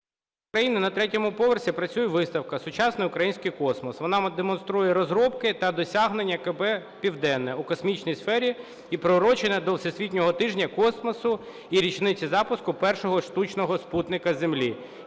України на третьому поверсі працює виставка "Сучасний український космос". Вона демонструє розробки та досягнення КБ "Південне" у космічній сфері і приурочена до Всесвітнього тижня космосу і річниці запуску першого штучного супутника Землі.